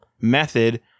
method